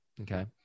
Okay